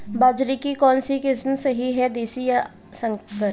बाजरे की कौनसी किस्म सही हैं देशी या संकर?